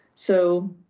so,